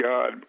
God